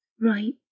Right